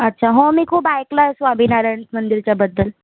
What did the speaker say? अच्छा हो मी खूप ऐकलं आहे स्वामीनारायण मंदिराच्याबद्दल